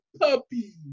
puppy